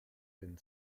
denn